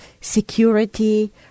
security